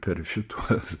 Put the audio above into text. per šituos